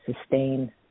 sustain